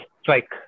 strike